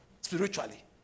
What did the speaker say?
spiritually